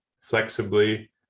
flexibly